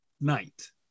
night